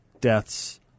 deaths